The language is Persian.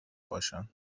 باشند